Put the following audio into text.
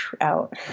out